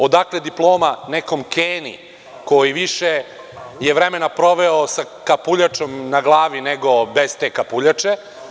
Odakle diploma nekom Keni koji više je vremena proveo sa kapuljačom na glavi nego bez te kapuljače?